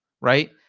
right